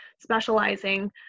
specializing